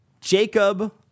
Jacob